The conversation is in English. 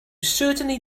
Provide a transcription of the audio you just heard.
certainly